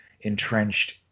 entrenched